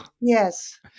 Yes